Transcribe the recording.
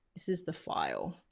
this is the file.